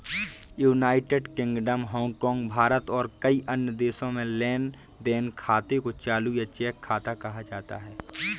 United Kingdom, Hong Kong, Bharat और कई अन्य देशों में लेन देन खाते को चालू या चेक खाता कहा जाता है